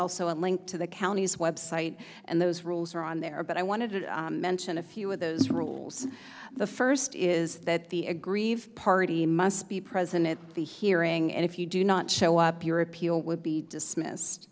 also a link to the county's website and those rules are on there but i wanted to mention a few of those rules the first is that the aggrieved party must be present at the hearing and if you do not show up your appeal would be dismissed